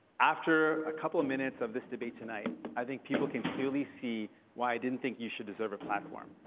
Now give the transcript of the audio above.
after a couple of minutes of this debate tonight, i think people can clearly see why i didn't think you should deserve a platform.